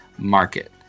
market